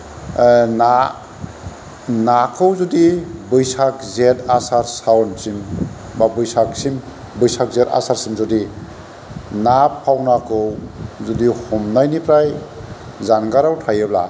ना नाखौ जुदि बैसाग जेठ आसार सावोनसिम बा बैसागसिम बैसाग जेठ आसारसिम जुदि ना फावनाखौ जुदि हमनायनिफ्राय जानगाराव थायोब्ला